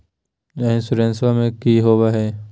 इंसोरेंसबा की होंबई हय?